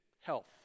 health